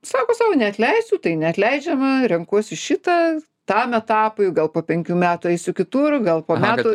sako sau neatleisiu tai neatleidžiama renkuosi šitą tam etapui gal po penkių metų eisiu kitur gal po metų